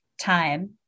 time